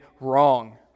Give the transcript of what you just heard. wrong